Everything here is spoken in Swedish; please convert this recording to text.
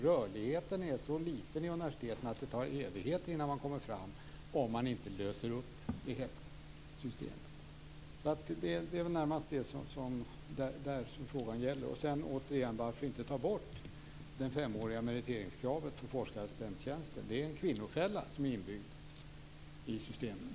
Rörligheten i universiteten är så liten att det tar evigheter att komma fram till jämställdhet om man inte löser upp hela systemet. Det är närmast det som frågan gäller. Återigen: Varför inte ta bort det femåriga meriteringskravet för forskarassistenttjänster? Det är en kvinnofälla som är inbyggd i systemet.